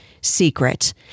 secret